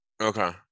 Okay